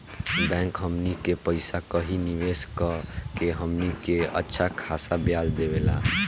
bank हमनी के पइसा कही निवेस कऽ के हमनी के अच्छा खासा ब्याज देवेला